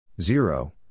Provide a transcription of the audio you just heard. Zero